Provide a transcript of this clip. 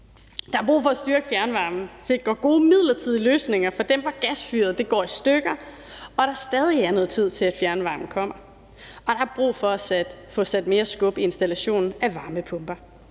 Der er brug for at styrke fjernvarmen og sikre gode midlertidige løsninger for dem, hvor gasfyret går i stykker og der stadig er noget tid til, at fjernvarmen kommer, og der er brug for at få sat mere skub i installation af varmepumper.